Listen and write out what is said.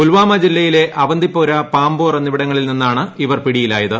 പുൽവാമ ജില്ലയിലെ അവന്തിപോര പാംപോർ എന്നിവിടങ്ങളിൽ നിന്നാണ്ട് ഇവർ പിടിയിലായത്